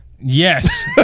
Yes